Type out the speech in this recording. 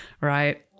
right